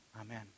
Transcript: Amen